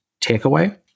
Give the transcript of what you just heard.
takeaway